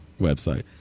website